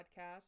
podcast